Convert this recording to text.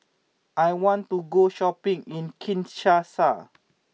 I want to go shopping in Kinshasa